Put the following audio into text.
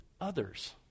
Others